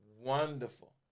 wonderful